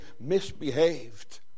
misbehaved